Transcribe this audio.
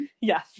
Yes